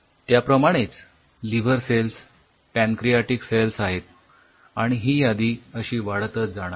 त्याप्रमाणेच liver cells pancreatic cells आहेत आणि हि यादी अशी वाढतच जाणार